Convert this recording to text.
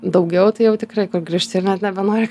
daugiau tai jau tikrai kur grįžti ir net nebenori